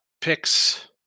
picks